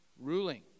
ruling